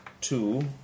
two